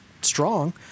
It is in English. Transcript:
strong